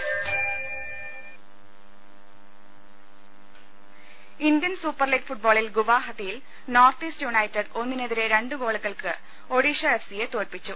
ലലലലലലലലലലലല Indian Super League ഫുട്ബോളിൽ ഗുവാഹത്തിയിൽ നോർത്ത് ഈസ്റ്റ് യുണൈറ്റഡ് ഒന്നിനെതിരെ രണ്ടു ഗോളുകൾക്ക് ഒഡീഷ എഫ് സിയെ തോൽപ്പിച്ചു